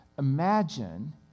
imagine